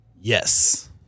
Yes